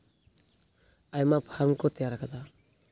ᱟᱭᱢᱟ ᱯᱷᱟᱨᱢ ᱠᱚ ᱛᱮᱭᱟᱨᱟᱠᱟᱫᱟ